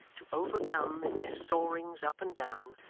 to overcome, in their soarings up and down,